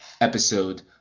episode